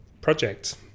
project